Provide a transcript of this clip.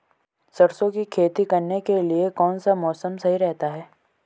सरसों की खेती करने के लिए कौनसा मौसम सही रहता है?